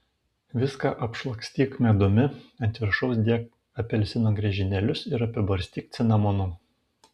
viską apšlakstyk medumi ant viršaus dėk apelsino griežinėlius ir apibarstyk cinamonu